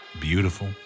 Beautiful